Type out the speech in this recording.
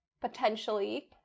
potentially